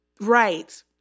right